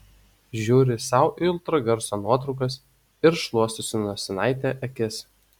žiūri sau į ultragarso nuotraukas ir šluostosi nosinaite akis